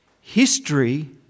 History